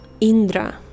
Indra